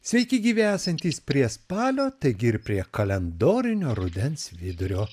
sveiki gyvi esantys prie spalio taigi ir prie kalendorinio rudens vidurio